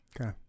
Okay